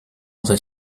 other